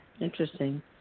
Interesting